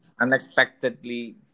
Unexpectedly